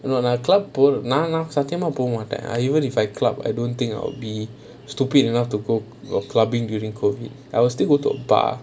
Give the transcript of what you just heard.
you know when the club go நான் நான் சாத்தியமா போ மாட்டேன்:naan naan sathiyamaa po maaattaen even if I club I don't think I'll be stupid enough to go go clubbing during COVID I will still go to a bar